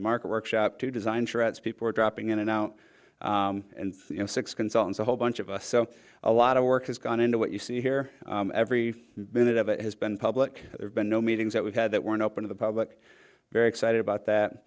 the market workshop to design sure it's people are dropping in and out and six consultants a whole bunch of us so a lot of work has gone into what you see here every minute of it has been public there's been no meetings that we've had that weren't open to the public very excited about that